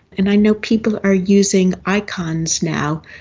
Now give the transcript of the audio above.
and i know people are using icons now,